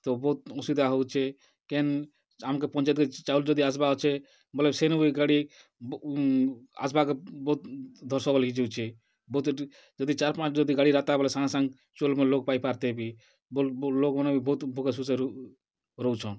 ତ ବହୁତ୍ ଅସୁବିଧା ହେଉଛେ କେନ୍ ଆମ୍କେ ପଞ୍ଚାୟତ୍କେ ଚାଉଲ୍ ଯଦି ଆସ୍ବାର୍ ଅଛେ ବେଲେ ସେନୁ ବି ଗାଡ଼ି ଆସ୍ବାର୍କେ ବହୁତ୍ ହେଇଯାଉଛେ ବହୁତ୍ଟେ ଯଦି ଚାଏର୍ ପାଞ୍ଚ୍ ଯଦି ଗାଡ଼ି ଆଏତା ବେଲେ ସାଙ୍ଗେ ସାଙ୍ଗ୍ ଚାଉଲ୍ ମାନ୍ ଲୋକ୍ ପାଇ ପାର୍ତେ ବି ଲୋକ୍ମାନେ ବହୁତ୍ ଭୁକେ ଶୁଷେ ରହୁଛନ୍